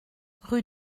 rue